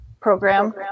program